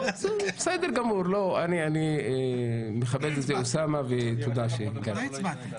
לא, בסדר גמור, אני מכבד את אוסאמה ותודה שהגעת.